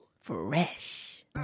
Fresh